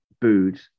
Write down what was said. booed